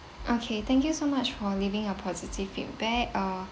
okay thank you so much for leaving a positive feedback uh